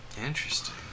Interesting